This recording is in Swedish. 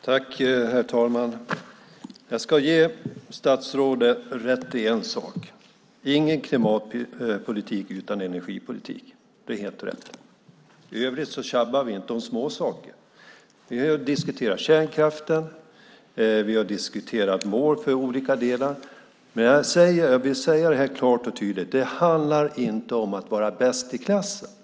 Herr talman! Jag ska ge statsrådet rätt i en sak. Ingen klimatpolitik utan energipolitik. Det är helt rätt. I övrigt tjabbar vi inte om småsaker. Vi har diskuterat kärnkraften, vi har diskuterat mål för olika delar, men jag vill säga klart och tydligt att det inte handlar om att vara bäst i klassen.